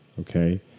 okay